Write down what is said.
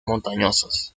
montañosos